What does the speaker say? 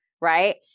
Right